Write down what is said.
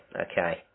okay